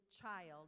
child